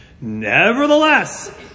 Nevertheless